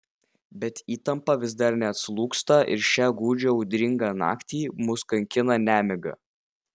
bet įtampa vis dar neatslūgsta ir šią gūdžią audringą naktį mus kankina nemiga